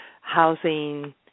housing